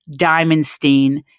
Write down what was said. Diamondstein